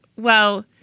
well,